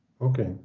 okay